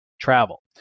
travel